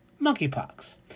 monkeypox